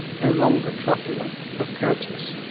no longer truculent but courteous.